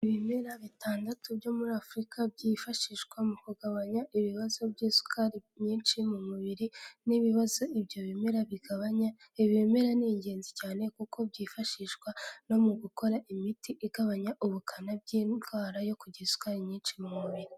Ibimera bitandatu byo muri Afurika byifashishwa mu kugabanya ibibazo by'isukari nyinshi mu mubiri n'ibibazo ibyo bimera bigabanya, ibi bimera ni ingenzi cyane kuko byifashishwa no mu gukora imiti igabanya ubukana bw'indwara yo kugora isukari nyinshi mu mubiri.